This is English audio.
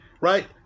Right